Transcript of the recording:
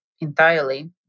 entirely